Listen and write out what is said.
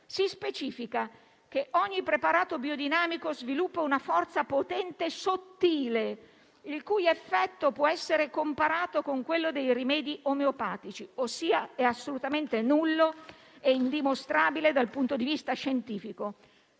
si specifica che ogni preparato biodinamico sviluppa una forza potente e sottile, il cui effetto può essere comparato con quello dei rimedi omeopatici, ossia è assolutamente nullo e indimostrabile dal punto di vista scientifico.